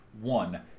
One